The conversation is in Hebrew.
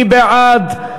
מי בעד?